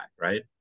Right